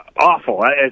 Awful